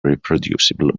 reproducible